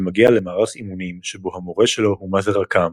ומגיע למערך אימונים שבו המורה שלו הוא מאזר רקהאם,